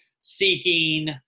seeking